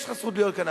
יש לך זכות להיות כאן.